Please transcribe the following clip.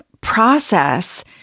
process